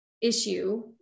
issue